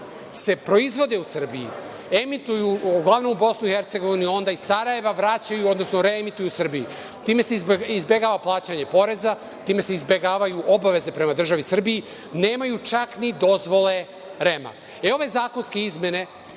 se proizvode u Srbiji, emituju uglavnom u Bosni i Hercegovini, a onda iz Sarajeva vraćaju, odnosno reemituju u Srbiji. Time se izbegava plaćanje poreza, time se izbegavaju obaveze prema državi Srbiji, nemaju čak ni dozvole REM-a.E, ove zakonske izmene